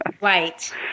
Right